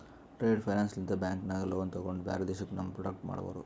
trade finance ಲಿಂತ bank ನಾಗ್ loan ತೊಗೊಂಡು ಬ್ಯಾರೆ ದೇಶಕ್ಕ ನಮ್ ಪ್ರೋಡಕ್ಟ್ ಮಾರೋದು